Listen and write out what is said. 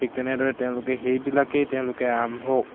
ঠিক তেনেদৰে তেওঁলোকে সেইবিলাকেই তেওঁলোকে আৰম্ভ